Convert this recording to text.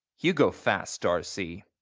you go fast, darcy.